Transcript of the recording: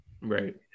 right